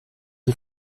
die